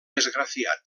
esgrafiat